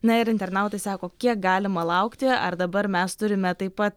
na ir internautai sako kiek galima laukti ar dabar mes turime taip pat